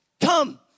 Come